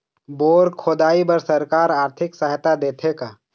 Bore खोदाई बर सरकार आरथिक सहायता देथे का?